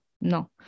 no